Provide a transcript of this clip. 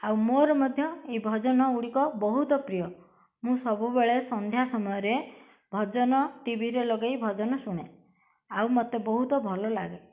ଆଉ ମୋର ମଧ୍ୟ ଏ ଭଜନ ଗୁଡ଼ିକ ବହୁତ ପ୍ରିୟ ମୁଁ ସବୁବେଳେ ସନ୍ଧ୍ୟା ସମୟରେ ଭଜନ ଟିଭିରେ ଲଗାଇ ଭଜନ ଶୁଣେ ଆଉ ମୋତେ ବହୁତ ଭଲ ଲାଗେ